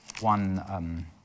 one